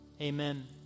Amen